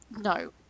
No